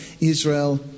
Israel